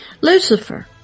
Lucifer